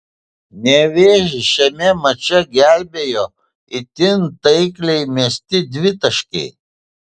nevėžį šiame mače gelbėjo itin taikliai mesti dvitaškiai